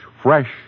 fresh